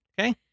Okay